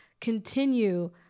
continue